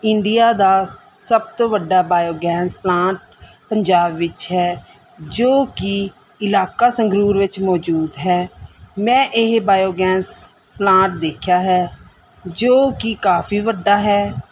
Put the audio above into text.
India ਦਾ ਸਭ ਤੋਂ ਵੱਡਾ ਬਾਇਓਗੈਂਸ ਪਲਾਂਟ ਪੰਜਾਬ ਵਿੱਚ ਹੈ ਜੋ ਕਿ ਇਲਾਕਾ ਸੰਗਰੂਰ ਵਿੱਚ ਮੌਜੂਦ ਹੈ ਮੈਂ ਇਹ ਪਲਾਂਟ ਦੇਖਿਆ ਹੈ ਜੋ ਕਿ ਕਾਫੀ ਵੱਡਾ ਹੈ